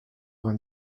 vingt